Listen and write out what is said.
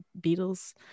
beatles